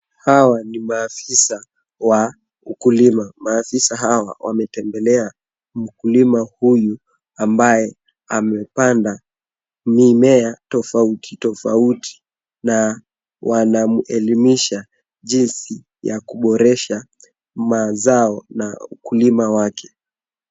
Hawa ni maafisa wa ukulima. Maafisa hawa wametembelea mkulima huyu ambaye amepanda mimea tofauti tofauti na wanamuelimisha jinsi ya kuboresha mazao na ukulima wake.